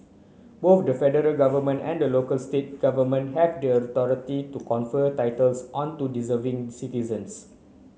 both the federal government and the local state government have the authority to confer titles onto deserving citizens